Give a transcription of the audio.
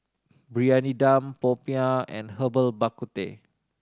Briyani Dum popiah and Herbal Bak Ku Teh